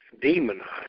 demonized